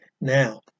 now